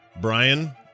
brian